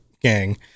gang